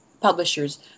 publishers